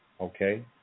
Okay